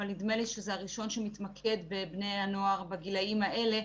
אבל נדמה לי שזה הראשון שמתמקד בבני הנוער בגילאים האלה,